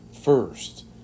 first